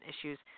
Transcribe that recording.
issues